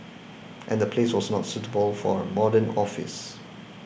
and the place was not suitable for a modern office